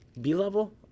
B-level